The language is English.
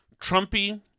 Trumpy